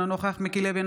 אינו נוכח מיקי לוי,